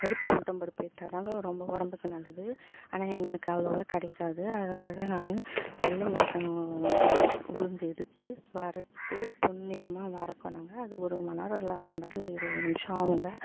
கருப்பு உளுத்தம் பருப்பு எடுத்தால் தான்ங்க ரொம்ப உடம்புக்கு நல்லது ஆனால் எங்களுக்கு அவ்வளோவா கிடைக்காது அதனால் நான் வெள்ளை உளுத்தம் உளுந்து எடுத்து வறுத்து பொன்நிறமாக வறுக்கணும்ங்க அது ஒரு மணிநேரம் இல்லை அரை மணிநேரம் இல்லை இருபது நிமிஷம் ஆகுங்க